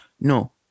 no